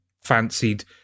fancied